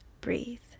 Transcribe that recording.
breathe